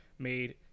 Made